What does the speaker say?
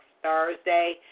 Thursday